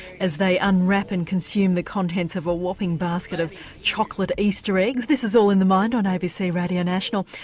as they unwrap and consume the contents of a whopping basket of chocolate easter eggs. this is all in the mind on abc radio national,